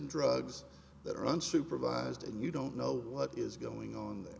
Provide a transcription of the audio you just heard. drugs that are unsupervised and you don't know what is going on there